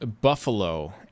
Buffalo